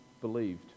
believed